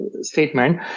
statement